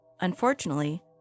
Unfortunately